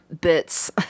bits